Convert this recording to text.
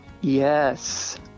Yes